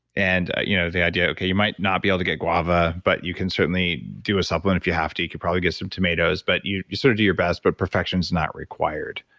and you know the idea, you might not be able to get guava but you can certainly do a supplement if you have to. you could probably get some tomatoes, but you you sort of do your best, but perfection is not required,